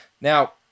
Now